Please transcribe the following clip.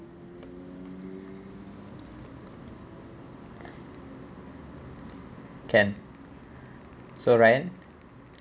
can so ryan